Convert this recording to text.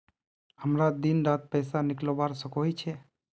हमरा दिन डात पैसा निकलवा सकोही छै?